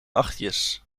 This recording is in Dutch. achtjes